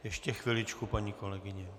Ještě chviličku, paní kolegyně.